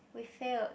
we failed